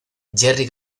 jerry